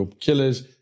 Killers